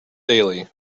daily